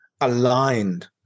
aligned